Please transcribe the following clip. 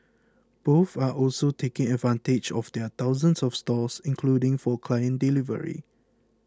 both are also taking advantage of their thousands of stores including for client delivery